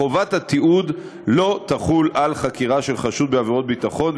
חובת התיעוד לא תחול על חקירה של חשוד בעבירות ביטחון.